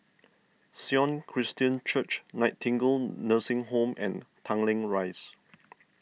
Sion Christian Church Nightingale Nursing Home and Tanglin Rise